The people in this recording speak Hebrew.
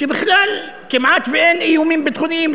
שבכלל כמעט שאין איומים ביטחוניים.